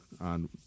on